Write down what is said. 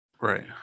Right